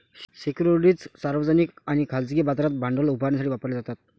securities सार्वजनिक आणि खाजगी बाजारात भांडवल उभारण्यासाठी वापरल्या जातात